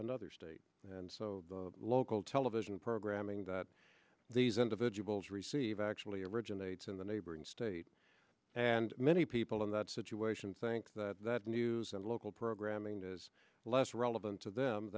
another state and so the local television programming that these individuals receive actually originates in the neighboring state and many people in that situation think that that news and local programming is less relevant to them